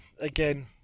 again